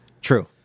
true